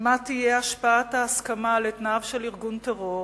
מה תהיה השפעת ההסכמה לתנאיו של ארגון טרור,